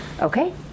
okay